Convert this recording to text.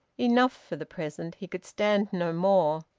enough for the present! he could stand no more.